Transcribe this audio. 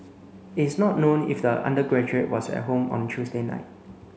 it's not known if the undergraduate was at home on Tuesday night